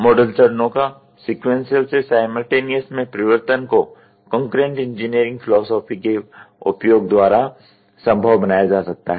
model चरणों का sequential से साइमल्टेनियस में परिवर्तन को कंकरेंट इंजीनियरिंग फिलोसॉफी के उपयोग द्वारा संभव बनाया जा सकता है